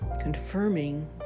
confirming